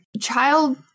child